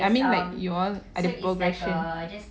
I mean like you all like ada progression